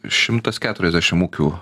šimtas keturiasdešim ūkių